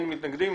מי נגד?